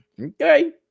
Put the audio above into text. Okay